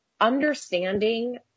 understanding